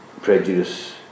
prejudice